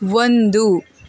ಒಂದು